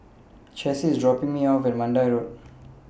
Chessie IS dropping Me off At Mandai Road